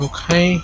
Okay